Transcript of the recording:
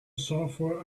software